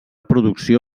producció